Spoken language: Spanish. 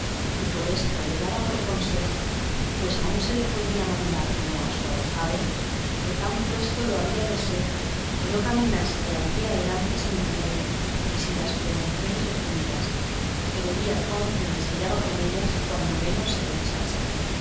y por esto le daba por consejo pues aún se lo podía mandar como a su ahijado que tan presto lo había de ser que no caminase de allí adelante sin dineros y sin las prevenciones referidas y que vería cuán bien se hallaba con ellas cuando menos se pensase